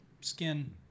skin